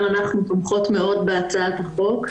גם אנחנו תומכות מאוד בהצעת החוק.